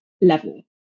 level